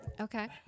Okay